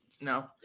No